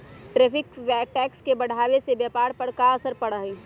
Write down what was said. tariff tax के बढ़ावे से व्यापार पर का असर पड़ा हई